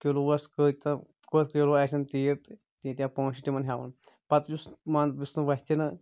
کِلوٗوَس کٔرتو کٔژ کِلوٗ آسن تیٖرۍ تہٕ تیٖتیٛاہ پۄنٛسہٕ چھِ تِمَن ہٮ۪وان پَتہٕ یُس مَن یُس نہٕ وَتھتہِ نہٕ